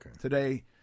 today